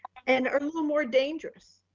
and are a little more dangerous,